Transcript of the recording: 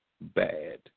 bad